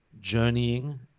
journeying